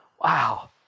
Wow